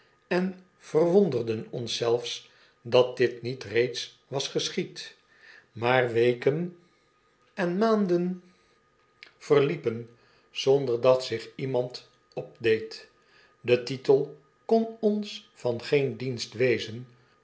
en verwonderen ons zelfs dat dit niet reeds wa geschied maar weken en maanden verliepen zonder dat zich iemand opdeed de titel kon ons van geen dienst wezen